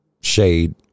shade